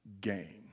gain